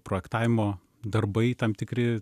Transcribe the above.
projektavimo darbai tam tikri